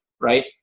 right